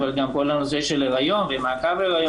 אלא גם כל הנושא של היריון ומעקב היריון,